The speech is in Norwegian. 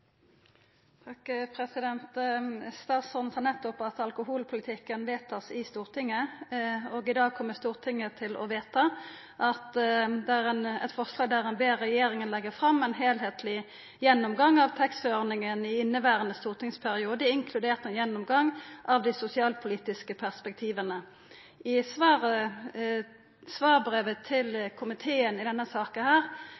Statsråden sa nettopp at alkoholpolitikken vert vedtatt i Stortinget, og i dag kjem Stortinget til å vedta eit forslag der ein «ber regjeringen legge fram en helhetlig utredning om taxfree-ordningen i inneværende stortingsperiode, inkludert en gjennomgang av de sosialpolitiske perspektivene». I svarbrevet til